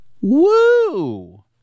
Woo